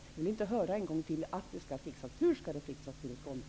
Jag vill inte en gång till höra att det skall ordnas. Hur skall det ordnas, Tuve Skånberg?